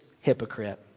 hypocrite